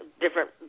different